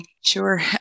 Sure